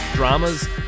Drama's